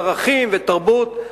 ערכים ותרבות.